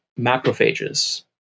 macrophages